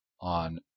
on